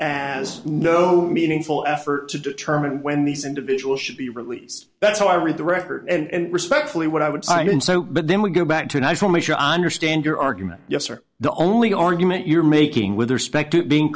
as no meaningful effort to determine when these individuals should be released that's how i read the record and respectfully what i would say i did so but then we go back to night for make sure i understand your argument yes or the only argument you're making with respect to being